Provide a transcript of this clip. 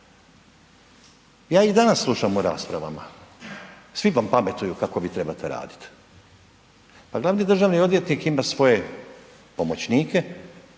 Ja i danas slušam u raspravama, svi vam pametuju kako trebate raditi, a glavni državni odvjetnik ima svoje pomoćnike